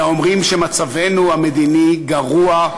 אלא אומרים שמצבנו המדיני גרוע.